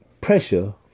pressure